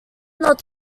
not